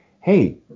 hey